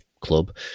club